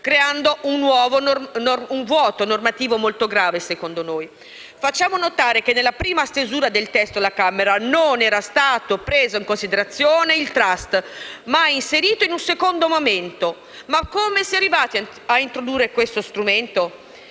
creando un vuoto normativo molto grave, secondo noi. Facciamo notare che nella prima stesura del testo alla Camera non era stato preso in considerazione il *trust*, inserito in un secondo momento. Ma come si è arrivati a introdurre questo strumento?